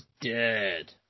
dead